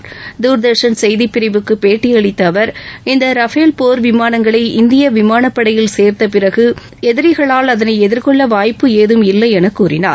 புதுதில்லியில் தார்தர்ஷன் செய்திப்பிரிவுக்கு பேட்டியளித்த அவர் இந்த ரஃபேல் போர் விமாளங்களை இந்திய விமானப்படையில் சேர்த்த பிறகு எதிரிகளால் அதனை எதிர்கொள்ள வாய்ப்பு ஏதும் இல்லை என கூறினார்